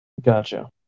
Gotcha